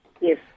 Yes